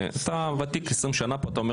אתה ותיק, עשרים שנה פה, ואתה אומר